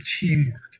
teamwork